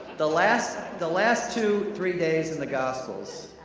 the last the last two, three days in the gospels,